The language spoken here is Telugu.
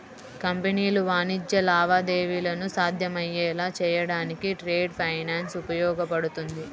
కంపెనీలు వాణిజ్య లావాదేవీలను సాధ్యమయ్యేలా చేయడానికి ట్రేడ్ ఫైనాన్స్ ఉపయోగపడుతుంది